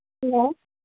hello